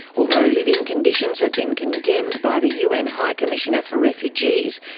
although living conditions have been condemned by the un high commissioner for refugees,